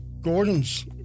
Gordon's